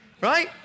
right